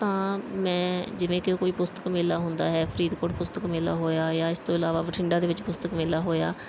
ਤਾਂ ਮੈਂ ਜਿਵੇਂ ਕਿ ਕੋਈ ਪੁਸਤਕ ਮੇਲਾ ਹੁੰਦਾ ਹੈ ਫਰੀਦਕੋਟ ਪੁਸਤਕ ਮੇਲਾ ਹੋਇਆ ਜਾਂ ਇਸ ਤੋਂ ਇਲਾਵਾ ਬਠਿੰਡਾ ਦੇ ਵਿੱਚ ਪੁਸਤਕ ਮੇਲਾ ਹੋਇਆ